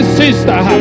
sister